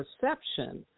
perception